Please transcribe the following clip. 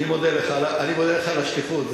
אני מודה לך על השליחות.